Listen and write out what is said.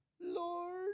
Lord